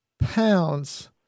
pounds